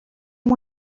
amb